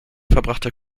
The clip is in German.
verbrachte